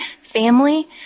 family